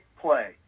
play